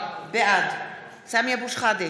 בעד סמי אבו שחאדה,